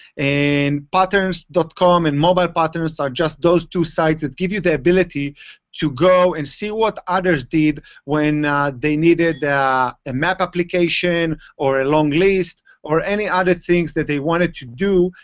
and but pttrns dot com and mobile-patterns are just those two sites that give you the ability to go and see what others did when they needed a map application or a long list, or any other things that they wanted to do.